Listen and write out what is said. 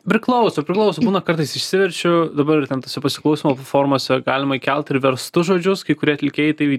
priklauso priklauso būna kartais išsiverčiu dabar ir ten tose pasiklausymo platformose galima įkelt ir verstus žodžius kai kurie atlikėjai tai